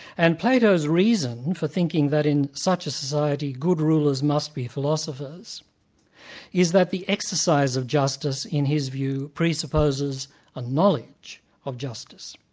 and plato's reason for thinking that in such a society good rulers must be philosophers is that the exercise of justice, in his view, presupposes a knowledge of justice,